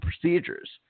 procedures